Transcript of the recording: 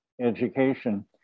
education